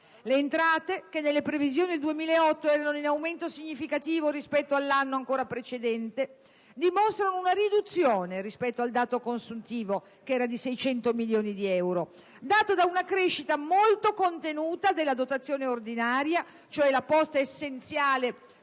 Le entrate, che nelle previsioni del 2008 erano in aumento significativo rispetto all'anno ancora precedente, dimostrano una riduzione rispetto al dato consuntivo, che era di 600 milioni di euro, data da una crescita molto contenuta della dotazione ordinaria (cioè la posta essenziale